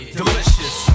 delicious